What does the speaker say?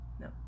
No